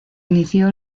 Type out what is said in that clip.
inició